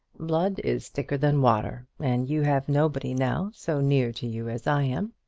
blood is thicker than water, and you have nobody now so near to you as i am.